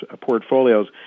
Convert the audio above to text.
portfolios